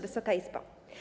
Wysoka Izbo!